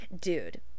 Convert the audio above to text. dude